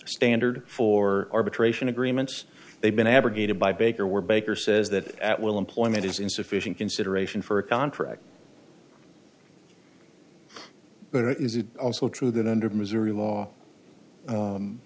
standard for arbitration agreements they've been abrogated by baker were baker says that at will employment is insufficient consideration for a contract it is also true that under missouri law